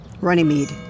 Runnymede